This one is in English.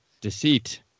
deceit